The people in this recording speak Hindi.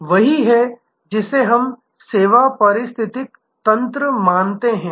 तो यह वही है जिसे हम सेवा पारिस्थितिकी तंत्र मानते हैं